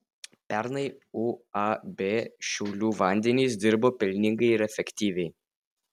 pernai uab šiaulių vandenys dirbo pelningai ir efektyviai